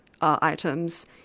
items